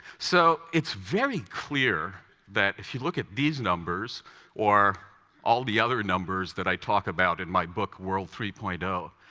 so it's very clear that if you look at these numbers or all the other numbers that i talk about in my book, world three point zero,